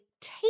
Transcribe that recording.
take